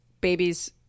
babies